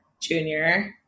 junior